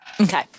Okay